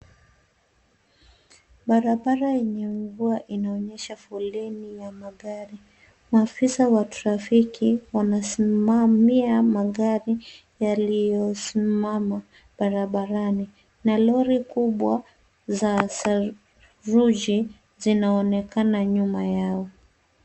Barabara yenye mvua inaonyesha foleni ya magari. Maafisa wa trafiki wanasimamia magari yaliyosimama barabarani na lori kubwa za saruji zinaonekana nyuma yao.